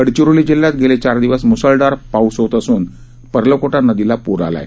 गडचिरोली जिल्ह्यात गेले चार दिवस मूसळधार पाऊस होत असून पर्लकोटा नदीला पूर आला आहे